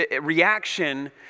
reaction